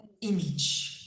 Image